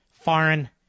Foreign